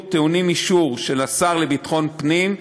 טעונים אישור של השר לביטחון פנים,